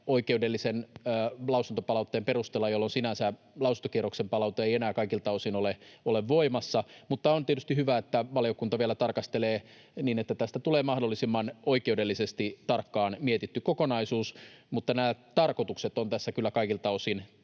oikeudellisen lausuntopalautteen perusteella, jolloin sinänsä lausuntokierroksen palaute ei enää kaikilta osin ole voimassa. Mutta on tietysti hyvä, että valiokunta vielä tarkastelee niin, että tästä tulee mahdollisimman oikeudellisesti tarkkaan mietitty kokonaisuus. Mutta nämä tarkoitukset on tässä kyllä kaikilta osin